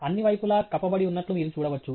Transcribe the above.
అన్ని వైపులా కప్పబడి ఉన్నట్లు మీరు చూడవచ్చు